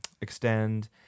extend